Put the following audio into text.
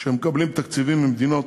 שמקבלים תקציבים ממדינות